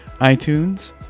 iTunes